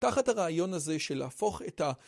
תחת הרעיון הזה של להפוך את ה...